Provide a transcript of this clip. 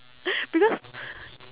because